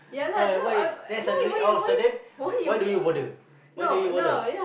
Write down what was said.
why why then suddenly out of sudden why do you bother why do you bother